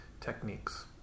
techniques